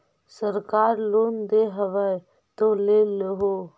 सरकार लोन दे हबै तो ले हो?